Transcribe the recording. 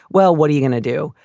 well, what are you gonna do?